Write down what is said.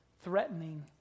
threatening